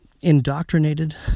indoctrinated